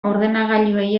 ordenagailuei